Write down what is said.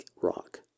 rock